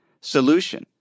solution